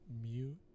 mute